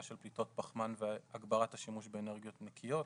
של פליטות פחמן והגברת השימוש באנרגיות נקיות.